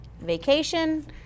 Vacation